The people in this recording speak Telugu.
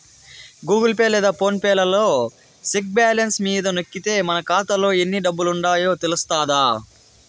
గూగుల్ పే లేదా ఫోన్ పే లలో సెక్ బ్యాలెన్స్ మీద నొక్కితే మన కాతాలో ఎన్ని డబ్బులుండాయో తెలస్తాది